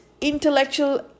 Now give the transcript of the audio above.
intellectual